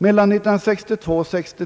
Mellan 1962 68